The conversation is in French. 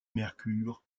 mercure